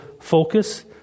focus